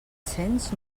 cents